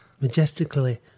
majestically